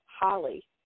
Holly